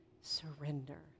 surrender